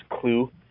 clue